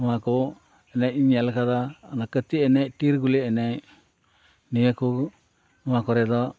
ᱱᱚᱣᱟ ᱠᱚ ᱮᱱᱮᱡ ᱤᱧ ᱧᱮᱞ ᱟᱠᱟᱫᱟ ᱚᱱᱟ ᱠᱟᱹᱴᱤ ᱮᱱᱮᱡ ᱴᱤᱨ ᱜᱩᱞᱤ ᱮᱱᱮᱡ ᱱᱤᱭᱟᱹ ᱠᱚ ᱱᱚᱣᱟ ᱠᱚᱨᱮ ᱫᱚ